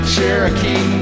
Cherokee